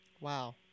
Wow